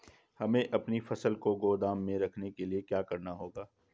हमें अपनी फसल को गोदाम में रखने के लिये क्या करना होगा?